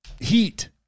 Heat